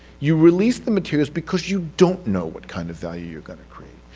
you release the materials because you don't know what kind of value you're going to create.